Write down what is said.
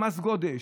מס הגודש?